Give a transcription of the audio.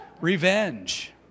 Revenge